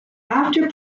after